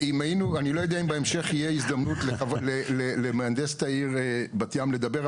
אני לא יודע אם בהמשך תהיה הזדמנות למהנדסת העיר בת ים לדבר,